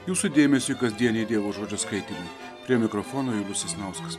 jūsų dėmesiui kasdieniai dievo žodžio skaitymai prie mikrofono julius sasnauskas